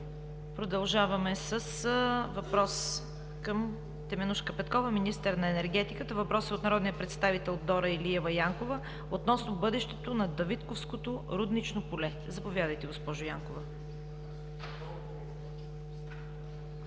Продължаваме с въпрос към Теменужка Петкова – министър на енергетиката. Въпросът е от народния представител Дора Илиева Янкова относно бъдещето на Давидковското руднично поле. Заповядайте, госпожо Янкова.